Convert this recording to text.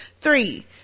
three